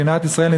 מדינת ישראל,